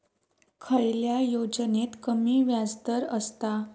खयल्या योजनेत कमी व्याजदर असता?